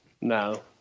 No